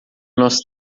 nós